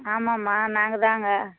ஆமாம்மா நாங்கள் தாங்க